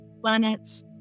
planets